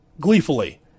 gleefully